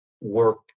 work